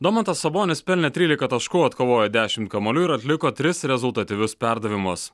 domantas sabonis pelnė trylika taškų atkovojo dešimt kamuolių ir atliko tris rezultatyvius perdavimus